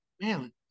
Man